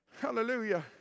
Hallelujah